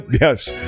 yes